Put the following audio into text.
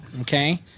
Okay